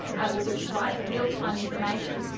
we'll be providing real time information,